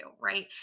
Right